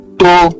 two